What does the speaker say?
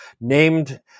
named